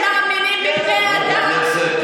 המחבלים שיהיו בני אדם,